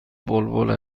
بلبل